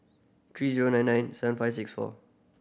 three zero nine nine seven five six four